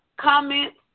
comments